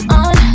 on